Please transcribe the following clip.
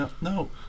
No